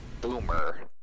boomer